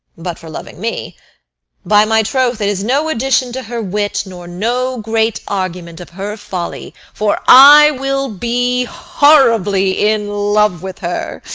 but for loving me by my troth, it is no addition to her wit, nor no great argument of her folly, for i will be horribly in love with her.